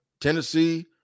Tennessee